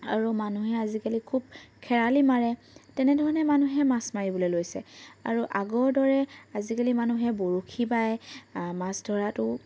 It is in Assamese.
আৰু মানুহে আজিকালি খুব খেৰালি মাৰে তেনেধৰণে মানুহে মাছ মাৰিবলৈ লৈছে আৰু আগৰ দৰে আজিকালি মানুহে বৰশী বাই মাছ ধৰাতো